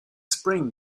spring